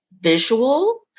visual